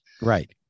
Right